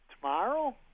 tomorrow